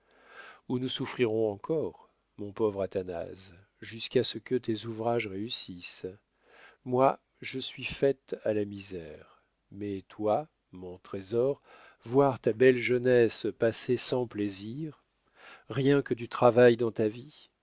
où nous souffrirons encore mon pauvre athanase jusqu'à ce que tes ouvrages réussissent moi je suis faite à la misère mais toi mon trésor voir ta belle jeunesse passée sans plaisir rien que du travail dans ta vie